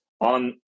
on